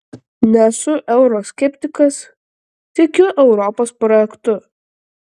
nesu euroskeptikas tikiu europos projektu